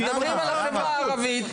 הם באים לייצג ציבור מסוים.